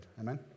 Amen